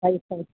വഴി സൈഡ്